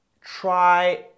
Try